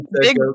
big